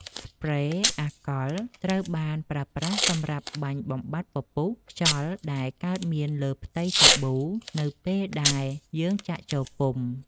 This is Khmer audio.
ស្ព្រេ អាកុល ត្រូវបានប្រើសម្រាប់បាញ់បំបាត់ពពុះខ្យល់ដែលកើតមានលើផ្ទៃសាប៊ូនៅពេលដែលយើងចាក់ចូលពុម្ព។